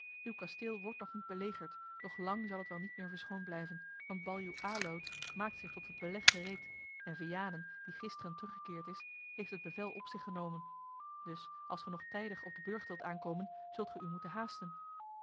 uw kasteel wordt nog niet belegerd doch lang zal het wel niet meer verschoond blijven want baljuw aloud maakt zich tot het beleg gereed en vianen die gisteren teruggekeerd is heeft het bevel op zich genomen dus als ge nog tijdig op den burcht wilt aankomen zult ge u moeten haasten